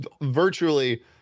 virtually